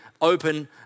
open